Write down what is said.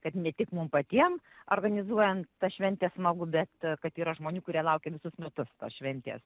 kad ne tik mum patiem organizuojant tą šventę smagu bet kad yra žmonių kurie laukia visus metus tos šventės